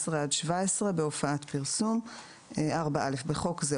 עד 17 בהופעת פרסום 4א.(א) בחוק זה,